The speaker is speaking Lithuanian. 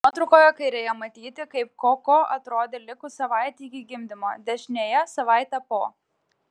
nuotraukoje kairėje matyti kaip koko atrodė likus savaitei iki gimdymo dešinėje savaitė po